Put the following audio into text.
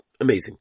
Amazing